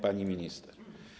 Pani Minister!